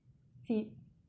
feed